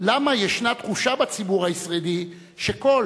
למה ישנה תחושה בציבור הישראלי שכל